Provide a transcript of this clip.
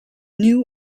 new